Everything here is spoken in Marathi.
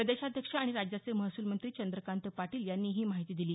प्रदेशाध्यक्ष आणि राज्याचे महसूलमंत्री चंद्रकांत पाटील यांनी ही माहिती दिली